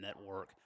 network